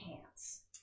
pants